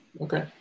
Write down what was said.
Okay